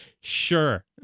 Sure